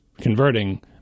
converting